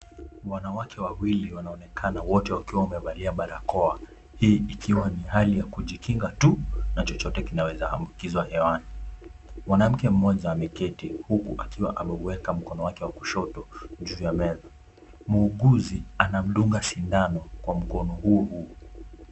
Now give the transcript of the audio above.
Wanawake wawili wanaonekana wote wakiwa wamevalia barakoa. Hii ikiwa ni hali ya kujikinga tu na chochote kinaweza ambukizwa hewani. Mwanamke mmoja ameketi huku akiwa ameuweka mkono wake wa kushoto juu ya meza. Muuguzi anamdunga sindano kwa mkono huo huo.